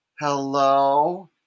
hello